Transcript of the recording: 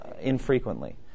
infrequently